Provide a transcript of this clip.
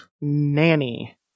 Nanny